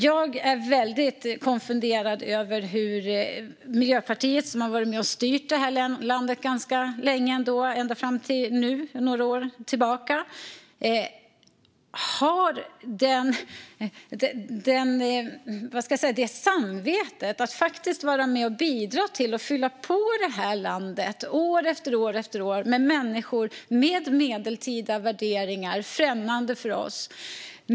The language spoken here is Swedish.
Jag är väldigt konfunderad över att Miljöpartiet, som har varit med och styrt landet ganska länge ändå, sedan några år tillbaka ända fram till nu, har samvete att vara med och bidra till att år efter år fylla på landet med människor som har medeltida värderingar, som är främmande för oss.